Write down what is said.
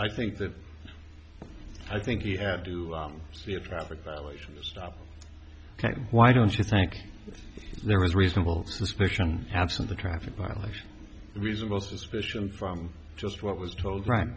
i think that i think he had to be a traffic violation to stop why don't you think there was reasonable suspicion absent a traffic violation reasonable suspicion from just what was told right